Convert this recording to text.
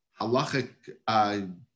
halachic